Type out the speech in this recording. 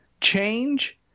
change –